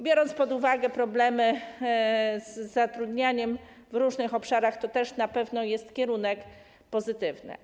Biorąc pod uwagę problemy z zatrudnieniem w różnych obszarach, to też na pewno jest kierunek pozytywny.